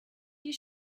you